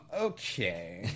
Okay